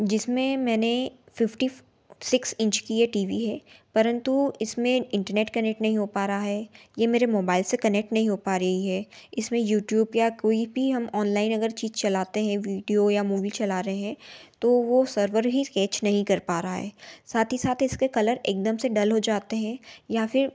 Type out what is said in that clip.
जिसमें मैंने fifty six inch की यह टी वी है परंतु इसमें इंटरनेट कनेक्ट नहीं हो पा रहा है यह मेरे मोबाइल से कनेक्ट नहीं हो पा रही है इसमें यूट्यूब या कोई भी हम ऑनलाइन अगर चीज़ चलाते हें वीडियो या मूवी चला रहे हैं तो वह सर्वर ही कैच नहीं कर पा रहा है साथ ही साथ इसके कलर एकदम से डल हो जाते हें या फिर